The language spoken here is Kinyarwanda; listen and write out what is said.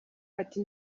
ati